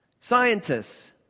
Scientists